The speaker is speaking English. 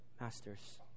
masters